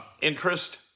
interest